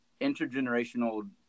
intergenerational